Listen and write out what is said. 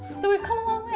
so we've come